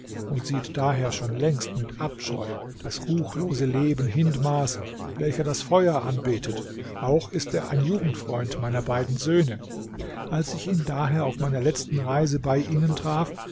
und sieht daher schon längst mit abscheu das ruchlose leben hindmars welcher das feuer anbetet auch ist er ein jugendfreund meiner beiden söhne als ich ihn daher auf meiner letzten reise bei ihnen traf